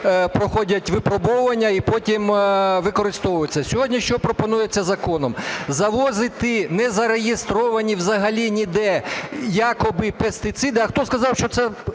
проходять випробовування і потім використовуються. Сьогодні, що пропонується законом: завозити не зареєстровані взагалі ніде якоби пестициди. А хто сказав, що це